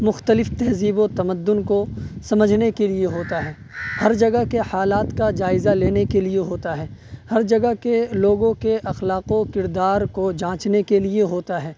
مختلف تہذیب و تمدن کو سمجھنے کے لیے ہوتا ہے ہر جگہ کے حالات کا جائزہ لینے کے لیے ہوتا ہے ہر جگہ کے لوگوں کے اخلاق و کردار کو جانچنے کے لیے ہوتا ہے